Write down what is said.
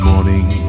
morning